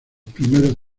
primeros